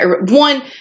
one